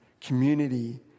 community